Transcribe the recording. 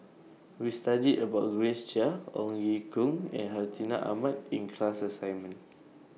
We studied about Grace Chia Ong Ye Kung and Hartinah Ahmad in class assignment